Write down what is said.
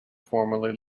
formally